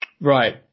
Right